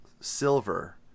silver